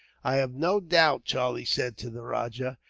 i have no doubt, charlie said to the rajah,